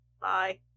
Bye